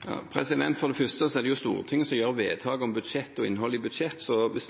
For det første er det Stortinget som gjør vedtak om budsjett og innhold i budsjett, så hvis